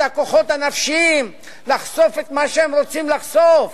את הכוחות הנפשיים לחשוף את מה שהם רוצים לחשוף?